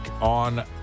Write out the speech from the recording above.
on